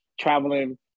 traveling